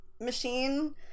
machine